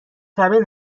شبه